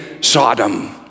Sodom